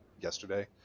yesterday